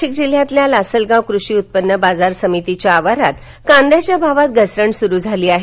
नाशिक जिल्ह्यातल्या लासलगाव कृषी उत्पन्न बाजार समितीच्या आवारात कांद्याच्या भावात घसरण सुरू झाली आहे